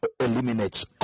eliminates